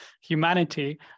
humanity